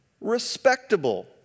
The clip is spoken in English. respectable